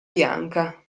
bianca